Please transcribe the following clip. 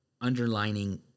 Underlining